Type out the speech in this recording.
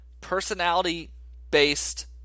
personality-based